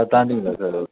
அது தாண்டிங்களா சார்